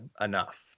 enough